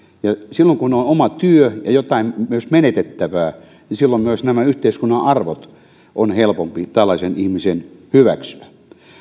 silloin kun on oma työ ja jotain myös menetettävää niin myös nämä yhteiskunnan arvot on helpompi tällaisen ihmisen hyväksyä